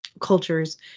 cultures